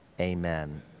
amen